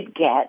get